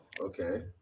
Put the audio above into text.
Okay